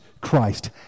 Christ